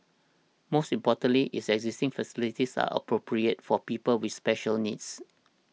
most importantly its existing facilities are appropriate for people with special needs